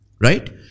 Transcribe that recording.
Right